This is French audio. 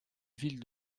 ville